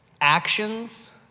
Actions